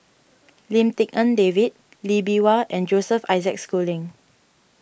Lim Tik En David Lee Bee Wah and Joseph Isaac Schooling